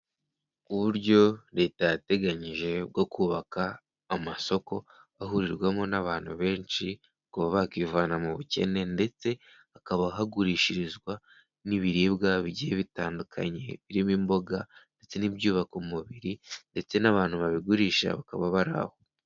Uburyo leta yateganyije bwo kubaka amasoko, ahurirwamo n'abantu benshi bakivana mu bukene ndetse hakaba hagurishirizwa n'ibiribwa bigiye bitandukanye, birimo imboga ndetse n'ibyubaka umubiri ndetse n'abantu babigurisha bakaba bari aho.